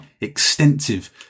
extensive